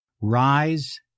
Rise